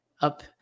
up